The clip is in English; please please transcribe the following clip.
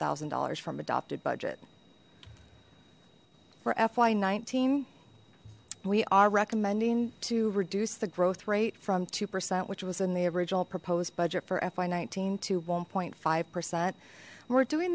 thousand dollars from adopted budget for fy nineteen we are recommending to reduce the growth rate from two percent which was in the original proposed budget for fy nineteen to one five percent we're doing